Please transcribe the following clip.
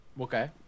okay